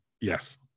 Yes